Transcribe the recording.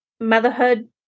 motherhood